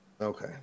Okay